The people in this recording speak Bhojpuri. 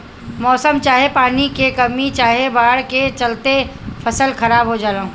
मौसम चाहे पानी के कमी चाहे बाढ़ के चलते फसल खराब हो जला